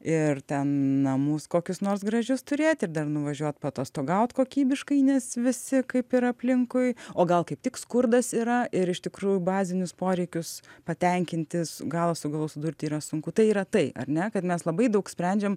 ir ten namus kokius nors gražius turėt ir dar nuvažiuot paatostogaut kokybiškai nes visi kaip ir aplinkui o gal kaip tik skurdas yra ir iš tikrųjų bazinius poreikius patenkinti s galą su galu sudurti yra sunku tai yra tai ar ne kad mes labai daug sprendžiam